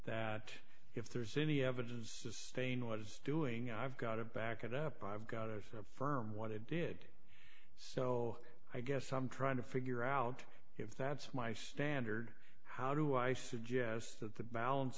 that if there's any evidence sustain was doing i've got to back it up i've got a firm what i did so i guess i'm trying to figure out if that's my standard how do i suggest that the balance